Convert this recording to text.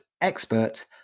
expert